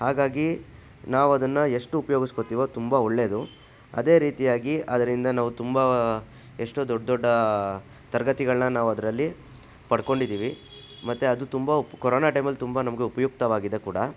ಹಾಗಾಗಿ ನಾವದನ್ನು ಎಷ್ಟು ಉಪಯೋಗಸ್ಕೋತಿವೋ ತುಂಬ ಒಳ್ಳೆಯದು ಅದೇ ರೀತಿಯಾಗಿ ಅದರಿಂದ ನಾವು ತುಂಬ ಎಷ್ಟೋ ದೊಡ್ಡ ದೊಡ್ಡ ತರಗತಿಗಳನ್ನ ನಾವದರಲ್ಲಿ ಪಡ್ಕೊಂಡಿದ್ದೀವಿ ಮತ್ತು ಅದು ತುಂಬ ಉಪ ಕೊರೊನಾ ಟೈಮಲ್ಲಿ ತುಂಬ ನಮಗೆ ಉಪಯುಕ್ತವಾಗಿದೆ ಕೂಡ